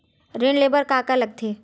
ऋण ले बर का का लगथे?